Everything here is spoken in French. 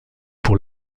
pour